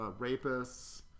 rapists